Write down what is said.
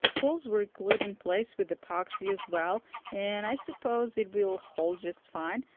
pulls were glued in place with epoxy as well and i suppose it will hold just fine.